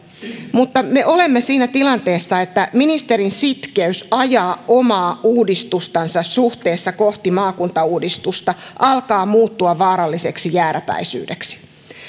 me olemme siinä tilanteessa että ministerin sitkeys ajaa omaa uudistustaan suhteessa kohti maakuntauudistusta alkaa muuttua vaaralliseksi jääräpäisyydeksi